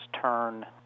turn